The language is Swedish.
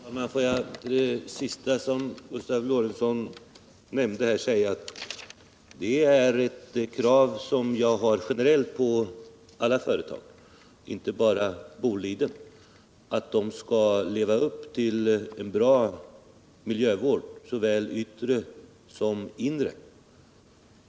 Herr talman! I anslutning till det senaste som Gustav Lorentzon nämnde vill jag säga, att det är ett krav som jag ställer generellt på alla företag — inte bara på Boliden — att de skall leva upp till en bra såväl yttre som inre miljövård.